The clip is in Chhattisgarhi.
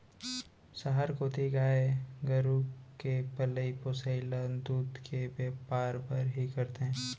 सहर कोती गाय गरू के पलई पोसई ल दूद के बैपार बर ही करथे